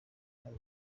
help